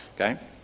okay